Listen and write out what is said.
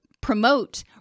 promote